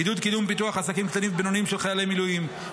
עידוד קידום פיתוח עסקים קטנים ובינוניים של חיילי מילואים,